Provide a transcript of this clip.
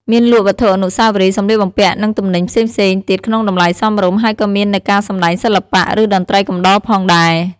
មានលក់វត្ថុអនុស្សាវរីយ៍ សម្លៀកបំពាក់ និងទំនិញផ្សេងៗទៀតក្នុងតម្លៃសមរម្យ ហើយក៏មាននូវការសម្ដែងសិល្បៈ ឬតន្ត្រីកំដរផងដែរ ។